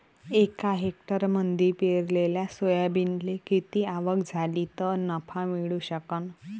एका हेक्टरमंदी पेरलेल्या सोयाबीनले किती आवक झाली तं नफा मिळू शकन?